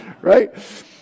right